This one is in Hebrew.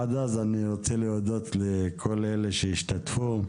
עד אז אני רוצה להודות לכל אלה שהשתתפו.